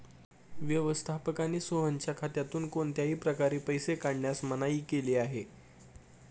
व्यवस्थापकाने सोहनच्या खात्यातून कोणत्याही प्रकारे पैसे काढण्यास मनाई केली आहे